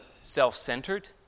self-centered